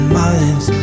minds